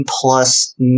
plus